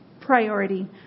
priority